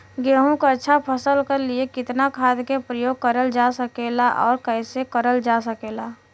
गेहूँक अच्छा फसल क लिए कितना खाद के प्रयोग करल जा सकेला और कैसे करल जा सकेला?